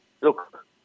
Look